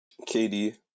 KD